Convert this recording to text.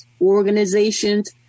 organizations